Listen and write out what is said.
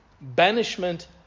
Banishment